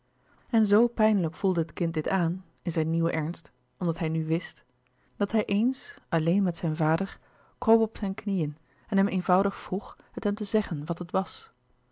en zoo pijnlijk voelde het kind dit aan in zijn nieuwen ernst omdat hij nu wist dat hij eens alleen met zijn vader kroop op zijn knieën en hem eenvoudig vroeg het hem te zeggen wat het was